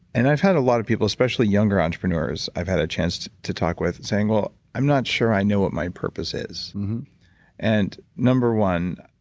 and i've had a lot of people especially younger entrepreneurs i've had a chance to talk with saying, well, i'm not sure i know what my purpose is. and number one,